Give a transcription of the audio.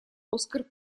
оскар